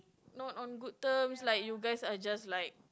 not on good terms like you guys are just like